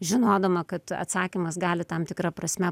žinodama kad atsakymas gali tam tikra prasme